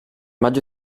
maggio